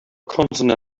consonant